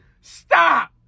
Stop